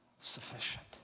sufficient